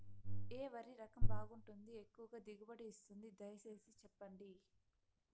ఏ వరి రకం బాగుంటుంది, ఎక్కువగా దిగుబడి ఇస్తుంది దయసేసి చెప్పండి?